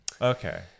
Okay